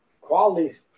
qualities